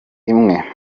imwe